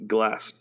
Glass